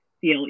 feel